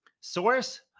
source